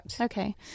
Okay